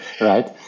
right